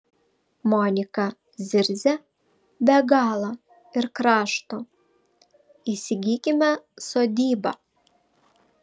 monika zirzia be galo ir krašto įsigykime sodybą